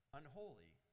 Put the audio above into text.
unholy